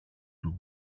του